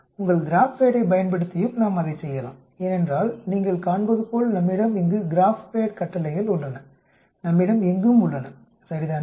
உங்கள் கிராப்பேட்டைப் பயன்படுத்தியும் நாம் அதைச் செய்யலாம் ஏனென்றால் நீங்கள் காண்பதுபோல் நம்மிடம் இங்கு கிராப்பேட் கட்டளைகள் உள்ளன நம்மிடம் இங்கும் உள்ளன சரிதானே